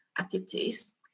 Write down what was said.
activities